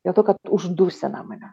dėl to kad uždusina mane